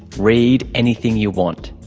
read anything you want.